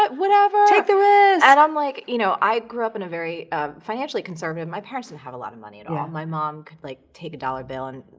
but whatever! take the risk! and i'm like, you know, i grew up in a very financially conservative, my parents didn't have a lot of money at all. my mom could, like, take a dollar bill and,